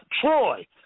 Troy